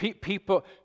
people